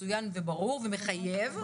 מצוין וברור ומחייב,